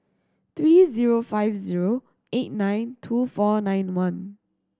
three five eight nine two four nine one